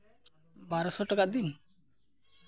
ᱵᱟᱨᱚᱥᱚ ᱴᱟᱠᱟ ᱫᱤᱱ